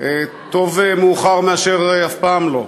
טוב מאוחר מאשר אף פעם לא.